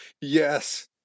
Yes